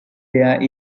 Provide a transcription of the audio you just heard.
there